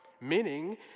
Meaning